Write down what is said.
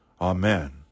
Amen